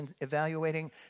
evaluating